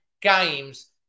games